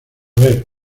ver